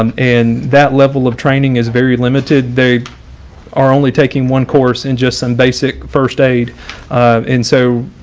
um and that level of training is very limited. they are only taking one course and just some basic first aid in so,